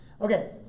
Okay